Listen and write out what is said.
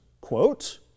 quote